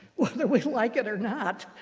whether we like it or not,